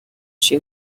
she